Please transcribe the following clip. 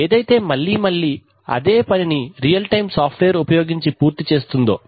ఏదైతే మళ్ళీ మళ్ళీ అదే పనిని రియల్ టైమ్ సాఫ్ట్ వేర్ ఉపయోగించి పూర్తి చేస్తుందో